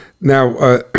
Now